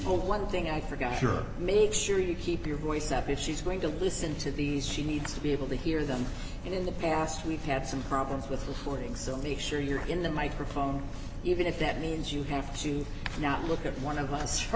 poll one thing i forgot sure make sure you keep your voice up if she's going to listen to these she needs to be able to hear them and in the past we've had some problems with the hoarding so make sure you're in the microphone even if that means you have to not look at one of us for